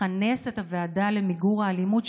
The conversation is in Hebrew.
לכנס את הוועדה למיגור האלימות,